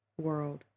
world